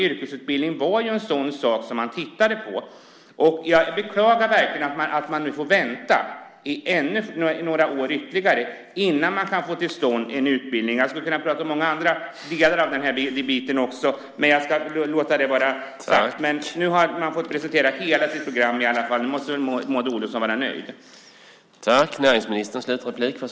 Yrkesutbildning var en sådan sak som man skulle titta på. Jag beklagar att man nu ska vänta ytterligare några år innan man kan få till stånd en utbildning. Jag skulle kunna prata om många andra delar, men jag ska låta det vara. Nu har Maud Olofsson fått presentera hela sitt program i alla fall, och då måste Maud Olofsson vara nöjd.